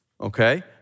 Okay